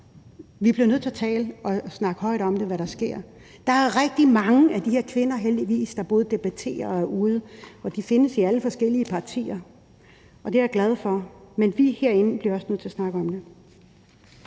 vi bliver nødt til at tale og snakke højt om, hvad der sker, og der er rigtig mange af de her kvinder – heldigvis – der både debatterer og er ude, og de findes i alle de forskellige partier, og det er jeg glad for. Men vi herinde bliver jo også nødt til at snakke om det.